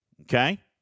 okay